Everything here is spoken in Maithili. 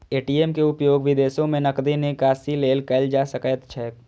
ए.टी.एम के उपयोग विदेशो मे नकदी निकासी लेल कैल जा सकैत छैक